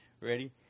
Ready